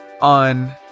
on